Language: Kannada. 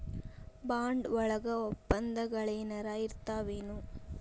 ಬಾಂಡ್ ವಳಗ ವಪ್ಪಂದಗಳೆನರ ಇರ್ತಾವೆನು?